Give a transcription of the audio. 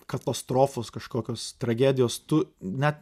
katastrofos kažkokios tragedijos tu net